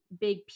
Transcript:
Big